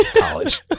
college